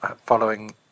following